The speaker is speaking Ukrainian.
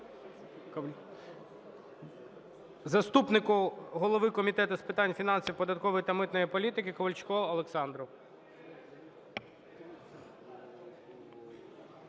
заступнику голови Комітету з питань фінансів, податкової та митної політики Ковальчуку Олександру.